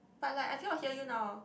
but like I cannot hear you now